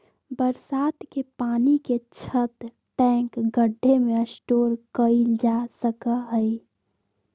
बरसात के पानी के छत, टैंक, गढ्ढे में स्टोर कइल जा सका हई